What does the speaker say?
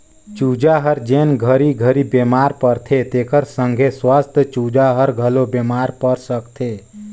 चूजा जेन हर घरी घरी बेमार परथे तेखर संघे बने सुवस्थ चूजा हर घलो बेमार पर सकथे